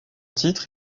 titre